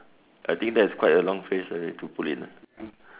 I think that is quite a long phrase already to put in ah